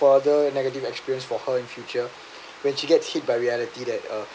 further and negative experience for her in future when she gets hit by reality that uh